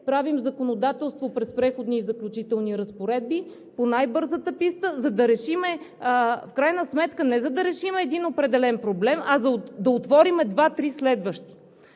правим законодателство през Преходни и заключителни разпоредби, по най-бързата писта, в крайна сметка не за да решим един определен проблем, а да отворим два-три следващи.